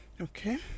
Okay